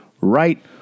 right